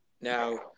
Now